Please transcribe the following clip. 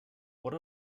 what